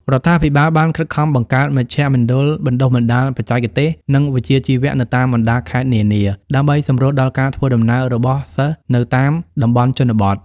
រដ្ឋាភិបាលបានខិតខំបង្កើតមជ្ឈមណ្ឌលបណ្តុះបណ្តាលបច្ចេកទេស និងវិជ្ជាជីវៈនៅតាមបណ្តាខេត្តនានា ដើម្បីសម្រួលដល់ការធ្វើដំណើររបស់សិស្សនៅតាមតំបន់ជនបទ។